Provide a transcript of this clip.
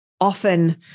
often